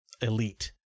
elite